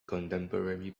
contemporary